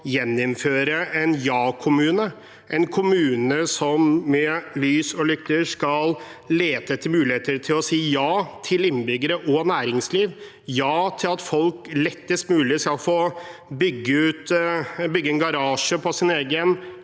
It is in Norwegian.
gjeninnføre en ja-kommune, en kommune som med lys og lykte skal lete etter muligheter til å si ja til innbyggere og næringsliv, ja til at folk lettest mulig skal få bygge garasje på sin egen